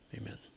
amen